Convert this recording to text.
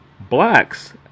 blacks